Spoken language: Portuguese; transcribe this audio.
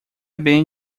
bem